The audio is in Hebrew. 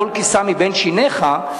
טול קיסם מבין שיניך,